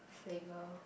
table